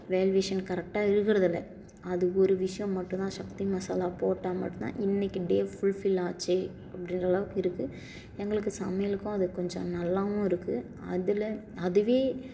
valuation கரெக்டாக இருக்கிறது இல்லை அது ஒரு விஷயம் மட்டும் தான் சக்தி மசாலா போட்டால் மட்டும் தான் இன்னைக்கு டே ஃபுல்ஃபில் ஆச்சு அப்படின்ற அளவுக்கு இருக்கு எங்களுக்கு சமையலுக்கும் அது கொஞ்சம் நல்லாவும் இருக்கு அதில் அதுவே